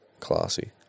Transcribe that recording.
classy